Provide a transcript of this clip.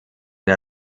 der